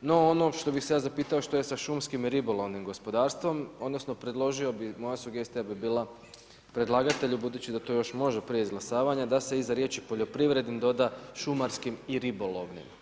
no ono što bih se ja zapitao, što je sa šumskim ribolovnim gospodarstvom, odnosno, predložio bi, moja sugestija bi bila, predlagatelju, budući da to još može prije izglasavanja, da se iza riječi poljoprivrednim doda šumarskim i ribolovnim.